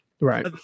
Right